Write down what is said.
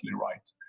right